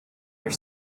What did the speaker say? your